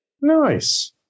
Nice